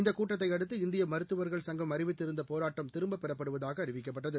இந்த கூட்டத்தை அடுத்து இந்திய மருத்துவா்கள் சங்கம் அறிவித்திருந்த போராட்டம் திரும்பப் பெறப்படுவதாக அறிவிக்கப்பட்டது